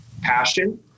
passion